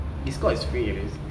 discord is free at least